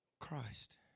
Christ